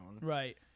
right